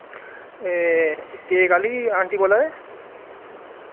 एह् केक आह्ली आंटी बोल्ला दे